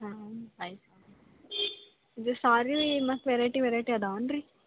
ಹಾಂ ಆಯ್ತು ಇದು ಸಾರಿ ರೀ ಮತ್ತು ವೆರೇಟಿ ವೆರೇಟಿ ಅದಾವೇನ್ ರೀ